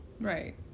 Right